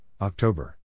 October